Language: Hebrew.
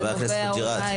חבר הכנסת חוג'יראת,